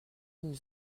nous